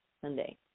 Sunday